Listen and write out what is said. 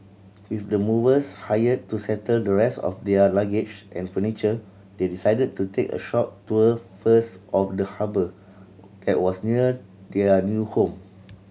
with the movers hired to settle the rest of their luggage and furniture they decided to take a short tour first of the harbour that was near their new home